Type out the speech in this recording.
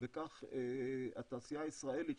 וכך התעשייה הישראלית,